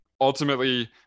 ultimately